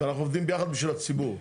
ואנחנו עובדים ביחד בשביל הציבור.